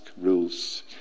rules